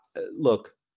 Look